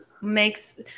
makes